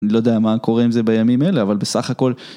לא יודע מה קורה עם זה בימים אלה אבל בסך הכל.